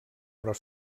però